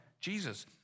Jesus